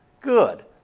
Good